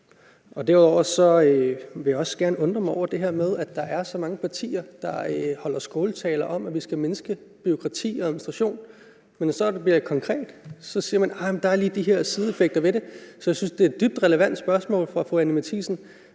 Derudover vil jeg også gerne undre mig over det her med, at der er så mange partier, der holder skåltaler om, at vi skal mindske bureaukratiet og administrationen, men når det så bliver konkret, siger man: Nej, der er lige de her sideeffekter ved det. Så jeg synes, det er et dybt relevant spørgsmål fra fru Anni Matthiesen: